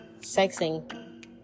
sexing